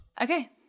Okay